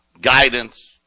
guidance